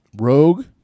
rogue